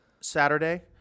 Saturday